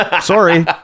Sorry